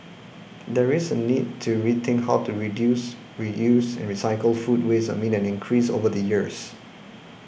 there is a need to rethink how to reduce reuse and recycle food waste amid an increase over the years